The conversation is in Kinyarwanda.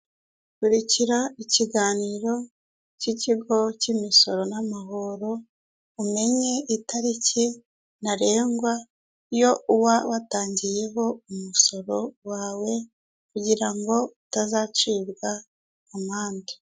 Kurikira ikiganiro cy'ikigo cy'imisoro n'amahoro, umenye itariki ntarengwa, iyo uba watangiyeho umusoro wawe kugira ngo utazacibwa amande.